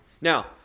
Now